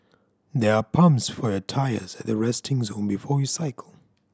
there are pumps for your tyres at the resting zone before you cycle